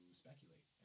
speculate